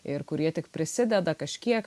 ir kurie tik prisideda kažkiek